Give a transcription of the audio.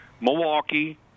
Milwaukee